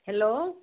hello